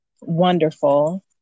wonderful